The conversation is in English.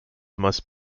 must